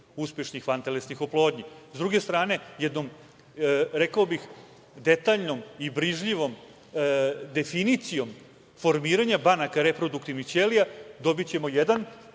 uspešnih vantelesnih oplodnji.S druge strane, jednom, rekao bih, detaljnom i brižljivom definicijom formiranja banaka reproduktivnih ćelija, dobićemo jedan